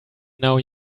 now